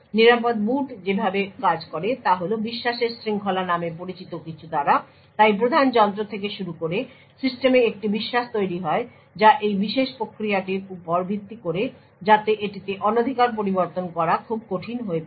নিরাপদ বুট যেভাবে কাজ করে তা হল বিশ্বাসের শৃঙ্খলা নামে পরিচিত কিছু দ্বারা তাই প্রধান যন্ত্র থেকে শুরু করে সিস্টেমে একটি বিশ্বাস তৈরি হয় যা এই বিশেষ প্রক্রিয়াটির উপর ভিত্তি করে যাতে এটিতে অনধিকার পরিবর্তন করা খুব কঠিন হয়ে পড়ে